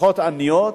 משפחות עניות.